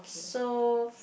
so